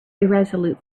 irresolute